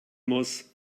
muss